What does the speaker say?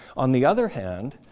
on the other hand,